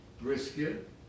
brisket